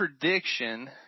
prediction